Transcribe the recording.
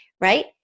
right